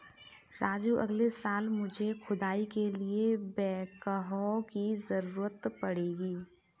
राजू अगले साल मुझे खुदाई के लिए बैकहो की जरूरत पड़ेगी